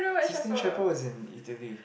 Sistine-Chapel is in either way